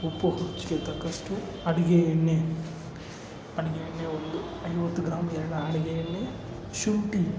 ಉಪ್ಪು ರುಚಿಗೆ ತಕ್ಕಷ್ಟು ಅಡುಗೆ ಎಣ್ಣೆ ಅಡುಗೆ ಎಣ್ಣೆ ಒಂದು ಐವತ್ತು ಗ್ರಾಮ್ ಎರಡು ಅಡುಗೆ ಎಣ್ಣೆ ಶುಂಠಿ